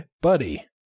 buddy